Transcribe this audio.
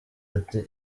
ati